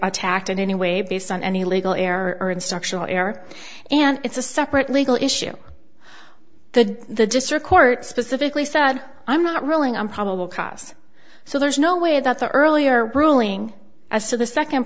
attacked in any way based on any legal error or instructional error and it's a separate legal issue the the district court specifically said i'm not ruling on probable cause so there's no way that the earlier ruling as to the second